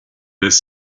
les